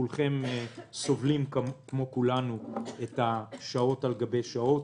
כולכם סובלים כמו כולנו משעות על גבי שעות.